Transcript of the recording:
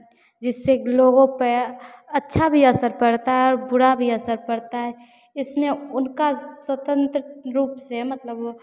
जिससे कि लोगों पर अच्छा भी असर पड़ता है बुरा भी असर पड़ता है इसमें उनका स्वतंत्र रूप से मतलब